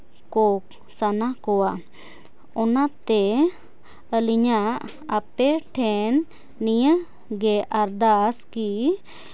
ᱠᱚ ᱥᱟᱱᱟ ᱠᱚᱣᱟ ᱚᱱᱟᱛᱮ ᱟᱹᱞᱤᱧᱟᱜ ᱟᱯᱮ ᱴᱷᱮᱱ ᱱᱤᱭᱟᱹᱜᱮ ᱟᱨᱫᱟᱥ ᱠᱤ